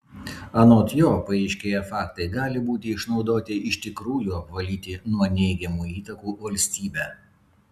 anot jo paaiškėję faktai gali būti išnaudoti iš tikrųjų apvalyti nuo neigiamų įtakų valstybę